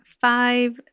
five